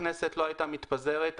הכנסת לא הייתה מתפזרת,